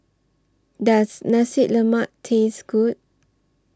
Does Nasi Lemak Taste Good